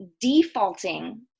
defaulting